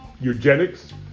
Eugenics